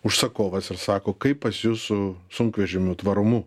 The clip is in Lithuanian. užsakovas ir sako kaip pas jus su sunkvežimių tvarumu